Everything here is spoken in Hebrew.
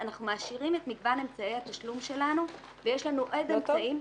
אנחנו מעשירים את מגוון אמצעי התשלום שלנו ויש לנו עוד אמצעים.